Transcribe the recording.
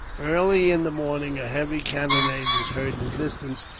early in the morning a heavy cannonade was heard in the distance,